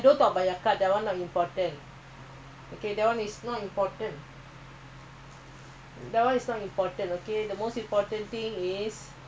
okay what is important do first you all children ah you all ah still uh you know the parents is there to do for you all ah you all don't think